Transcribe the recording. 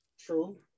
True